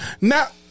Now